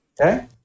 okay